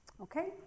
Okay